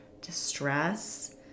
distress